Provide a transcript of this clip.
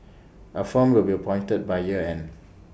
A firm will be appointed by year end